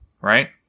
right